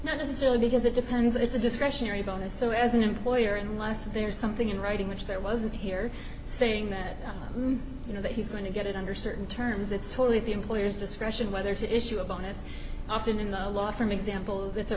not necessarily because it depends it's a discretionary bonus so as an employer unless there's something in writing which there wasn't here saying that you know that he's going to get it under certain terms it's totally the employer's discretion whether to issue a bonus often in the law for an example it's a